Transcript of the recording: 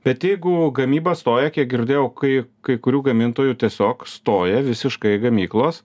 bet jeigu gamyba stoja kiek girdėjau kai kai kurių gamintojų tiesiog stoja visiškai gamyklos